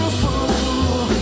fool